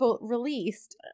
released